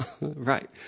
Right